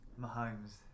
Mahomes